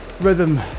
rhythm